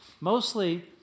Mostly